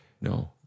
No